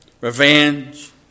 revenge